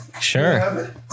Sure